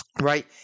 Right